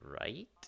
right